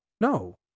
No